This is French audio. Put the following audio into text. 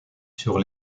sur